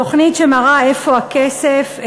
תוכנית שמראה איפה הכסף.